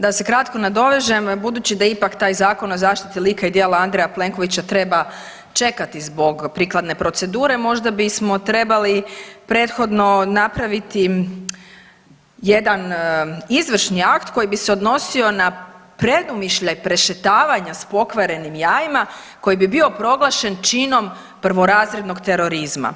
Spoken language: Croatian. Da se kratko nadovežem, budući da ipak taj zakon o zaštiti lika i djela Andreja Plenkovića treba čekati zbog prikladne procedure, možda bismo trebali prethodno napraviti jedan izvršni akt koji bi se odnosio na predumišljaj prešetavanja s pokvarenim jajima koji bi bio proglašen činom prvorazrednog terorizma